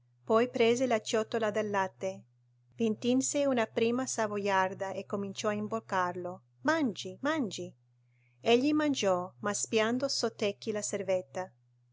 poi prese la ciotola del latte v'intinse una prima savoiarda e cominciò a imboccarlo mangi mangi egli mangiò ma spiando sottecchi la